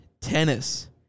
tennis